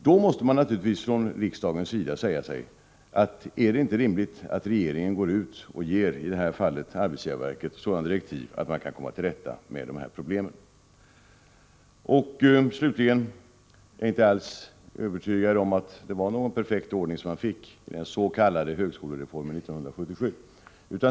Då måste man naturligtvis från riksdagens sida säga sig: Är det inte rimligt att regeringen i det här fallet ger arbetsgivarverket sådana direktiv att man kan komma till rätta med dessa problem? Slutligen: Jag är inte alls övertygad om att det var någon perfekt ordning som man fick genom den s.k. högskolereformen 1977.